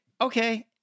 okay